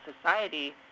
society